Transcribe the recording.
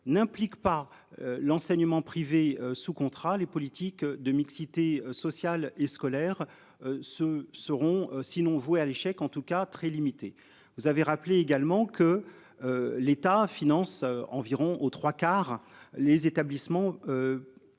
n'implique pas l'enseignement privé sous contrat, les politiques de mixité sociale et scolaire. Ce seront sinon voué à l'échec. En tout cas très limités. Vous avez rappelé également que. L'État finance environ aux 3 quarts les établissements. Privés